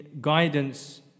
guidance